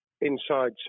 inside